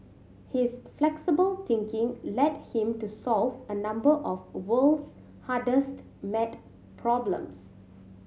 his flexible thinking led him to solve a number of world's hardest mad problems